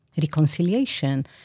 reconciliation